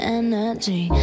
energy